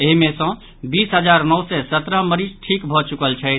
एहि मे सँ बीस हजार नओ सय सत्रह मरीज ठीक भऽ चुकल छथि